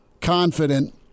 confident